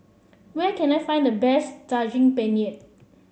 where can I find the best Daging Penyet